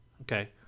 okay